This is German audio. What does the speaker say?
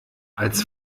als